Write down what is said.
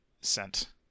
sent